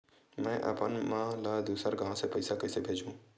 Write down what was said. में अपन मा ला दुसर गांव से पईसा कइसे भेजहु?